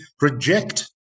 reject